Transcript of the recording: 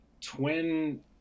Twin